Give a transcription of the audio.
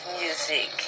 music